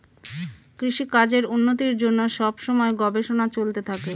কৃষিকাজের উন্নতির জন্য সব সময় গবেষণা চলতে থাকে